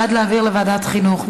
בעד להעביר לוועדת חינוך,